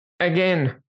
Again